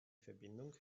verbindung